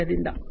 industry 4